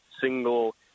single